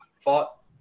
fought